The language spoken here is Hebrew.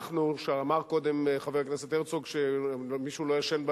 אמר קודם חבר הכנסת הרצוג שמישהו לא ישן בלילות.